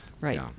Right